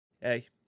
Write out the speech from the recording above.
Hey